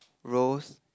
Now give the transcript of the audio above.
rose